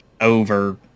over